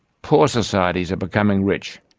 poor societies are becoming rich,